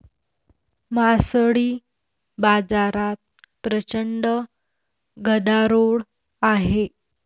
मासळी बाजारात प्रचंड गदारोळ आहे